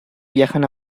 viajan